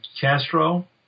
Castro